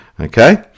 Okay